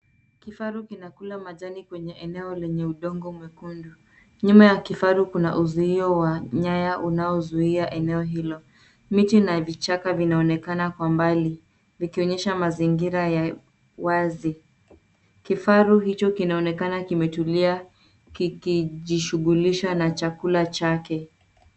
Kifaru kinakula majani kwenye eneo lenye udongo mwekundu. Nyuma ya kifaru kuna uuzio wa nyaya unaozuia eneo hilo. Miti na vichaka vinaonekana kwa mbali, vikionyesha mazingira ya wazi. Kifaru hicho kinaonekana kimetulia kikijishugulisha na chakula chake.